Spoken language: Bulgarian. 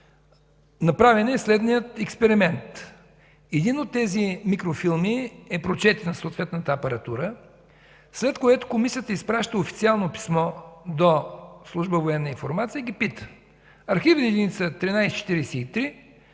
Направен е следният експеримент. Един от тези микрофилми е прочетен със съответната апаратура, след което Комисията изпраща официално писмо до служба „Военна информация” и